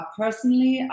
personally